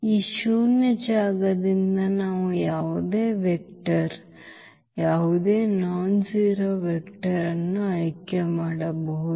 ಈ ಶೂನ್ಯ ಜಾಗದಿಂದ ನಾವು ಯಾವುದೇ ವೆಕ್ಟರ್ ಯಾವುದೇ ನಾನ್ಜೆರೋ ವೆಕ್ಟರ್ ಅನ್ನು ಆಯ್ಕೆ ಮಾಡಬಹುದು